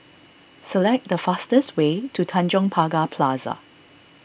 select the fastest way to Tanjong Pagar Plaza